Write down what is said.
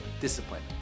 discipline